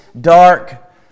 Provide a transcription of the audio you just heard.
dark